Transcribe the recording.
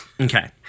Okay